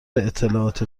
اطلاعات